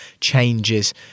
changes